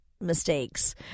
mistakes